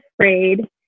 afraid